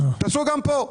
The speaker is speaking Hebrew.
תעשו גם פה.